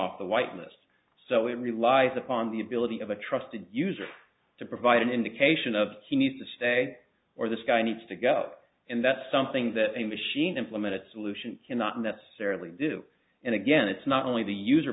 off the whiteness so it relies upon the ability of a trusted user to provide an indication of he needs to stay or this guy needs to go and that's something that a machine implemented solution cannot necessarily do and again it's not only the user